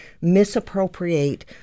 misappropriate